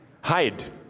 Hide